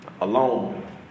alone